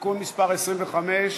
(תיקון מס' 25),